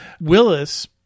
Willis